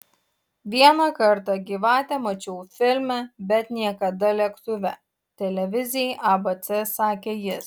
vieną kartą gyvatę mačiau filme bet niekada lėktuve televizijai abc sakė jis